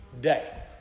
day